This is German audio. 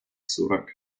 zurück